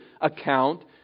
account